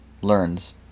learns